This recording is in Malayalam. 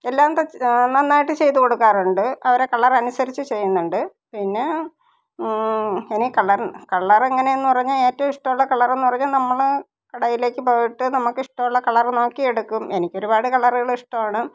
എല്ലാം തയ്ച്ചു നന്നായിട്ട് ചെയ്ത് കൊടുക്കാറുണ്ട് അവരെ കളറനുസരിച്ച് ചെയ്യുന്നുണ്ട് പിന്നെ ഇനി കളര് കളര് എങ്ങനെ എന്നു പറഞ്ഞാല് ഏറ്റവും ഇഷ്ടമുള്ള കളറെന്നു പറഞ്ഞാല് നമ്മൾ കടയിലേക്ക് പോയിട്ട് നമുക്കിഷ്ടമുള്ള കളര് നോക്കി എടുക്കും എനിക്ക് ഒരുപാട് കളറുകള് ഇഷ്ടമാണ്